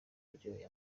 uryoheye